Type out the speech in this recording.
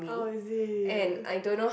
oh is it